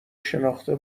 شناخته